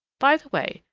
by the way,